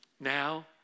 now